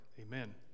Amen